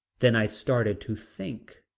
then i started to think.